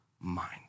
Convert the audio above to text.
mind